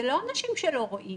זה לא אנשים שלא רואים.